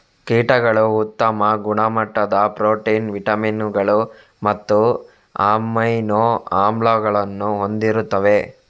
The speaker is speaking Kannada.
ಕೀಟಗಳು ಉತ್ತಮ ಗುಣಮಟ್ಟದ ಪ್ರೋಟೀನ್, ವಿಟಮಿನುಗಳು ಮತ್ತು ಅಮೈನೋ ಆಮ್ಲಗಳನ್ನು ಹೊಂದಿರುತ್ತವೆ